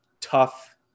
tough